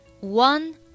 one